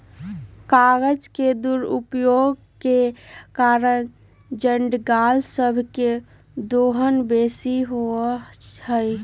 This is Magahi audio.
कागज के दुरुपयोग के कारण जङगल सभ के दोहन बेशी होइ छइ